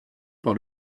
par